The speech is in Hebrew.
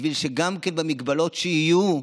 בשביל שגם במגבלות שיהיו,